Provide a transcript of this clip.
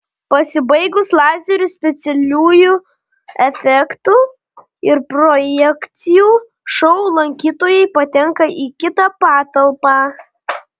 pasibaigus lazerių specialiųjų efektų ir projekcijų šou lankytojai patenka į kitą patalpą